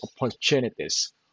opportunities